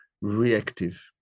reactive